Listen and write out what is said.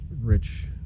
rich